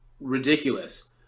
ridiculous